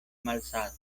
malsata